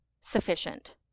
sufficient